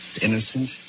innocent